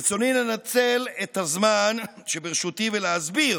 ברצוני לנצל את הזמן שברשותי ולהסביר